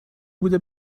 بود